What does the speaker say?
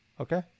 Okay